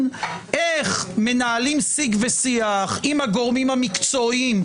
איך מנהלים שיג ושיח עם הגורמים המקצועיים,